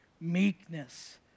meekness